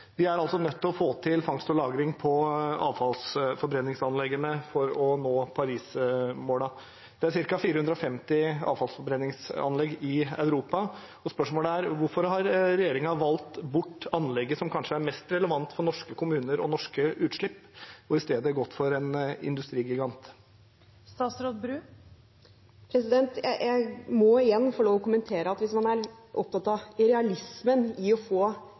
å få til fangst og lagring på avfallsforbrenningsanleggene for å nå Paris-målene. Det er ca. 450 avfallsforbrenningsanlegg i Europa. Spørsmålet er: Hvorfor har regjeringen valgt bort anlegget som kanskje er mest relevant for norske kommuner og norske utslipp, og i stedet gått for en industrigigant? Jeg må igjen få lov til å kommentere at hvis man er opptatt av realismen i å få